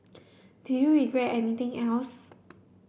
do you regret anything else